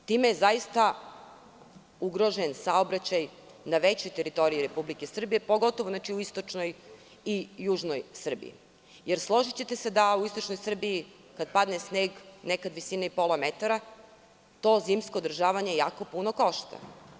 Time je zaista ugrožen saobraćaj na većoj teritoriji Republike Srbije, pogotovo u istočnoj i južnoj Srbiji, jer složićete se da u istočnoj Srbiji, kad padne sneg nekad visine i pola metra, to zimsko održavanje jako puno košta.